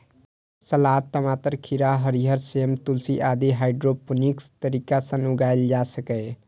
सलाद, टमाटर, खीरा, हरियर सेम, तुलसी आदि हाइड्रोपोनिक्स तरीका सं उगाएल जा सकैए